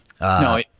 No